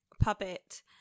puppet